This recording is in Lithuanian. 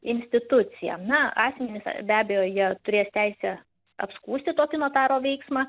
instituciją na asmenys be abejo jie turės teisę apskųsti tokį notaro veiksmą